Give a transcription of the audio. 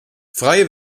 freie